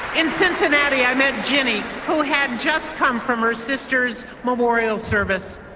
in cincinnati i met ginny who had just come from her sister's memorial service.